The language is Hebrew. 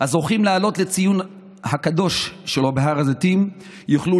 הזוכים לעלות לציון הקדוש שלו בהר הזיתים יוכלו